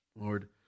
Lord